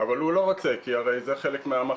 אבל הוא לא רוצה כי הרי זה חלק מהמחלה,